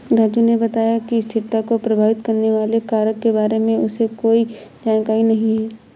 राजू ने बताया कि स्थिरता को प्रभावित करने वाले कारक के बारे में उसे कोई जानकारी नहीं है